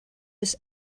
this